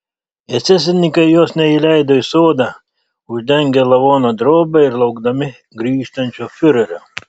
esesininkai jos neleido į sodą uždengę lavoną drobe ir laukdami grįžtančio fiurerio